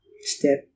step